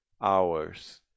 hours